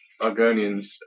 Argonians